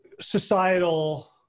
societal